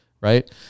right